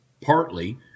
partly